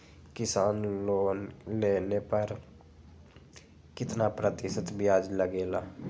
किसान लोन लेने पर कितना प्रतिशत ब्याज लगेगा?